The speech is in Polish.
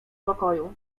pokoju